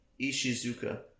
Ishizuka